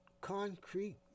concrete